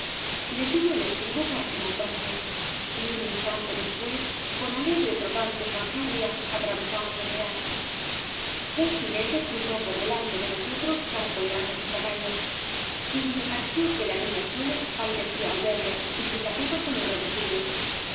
le tuve el estribo para que montase y un instante después con alegre y trotante fanfarria atravesamos el real o zé obras de valle inclan un jinete cruzó por delante de nosotros caracoleando su caballo y me pareció que la niña chole palidecía al verle y se tapaba con el rebocillo yo